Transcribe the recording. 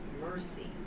mercy